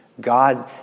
God